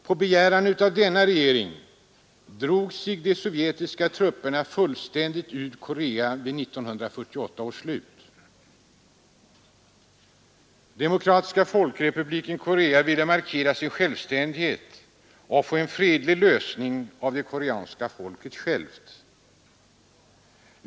På begäran av denna regering drog sig de sovjetiska trupperna helt ur Korea vid 1948 års slut. Demokratiska folkrepubliken Korea ville markera sin självständighet och få en fredlig lösning genom det koreanska folket självt.